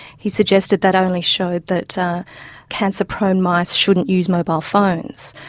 he suggested that only showed that cancer-prone mice shouldn't use mobile phones.